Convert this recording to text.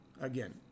again